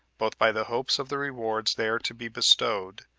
both by the hopes of the rewards there to be bestowed,